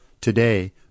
Today